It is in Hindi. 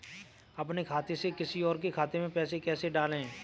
अपने खाते से किसी और के खाते में पैसे कैसे डालें?